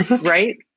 right